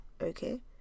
okay